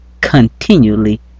continually